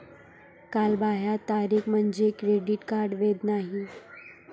कालबाह्यता तारीख म्हणजे क्रेडिट कार्ड वैध नाही